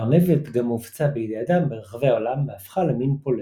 הארנבת גם הופצה בידי האדם ברחבי העולם והפכה למין פולש.